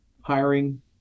hiring